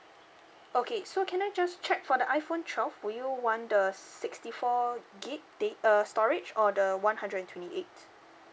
okay so can I just check for the iphone twelve would you want the sixty four gig dat~ uh storage or the one hundred and twenty eight